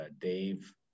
Dave